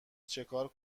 چیکار